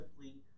simply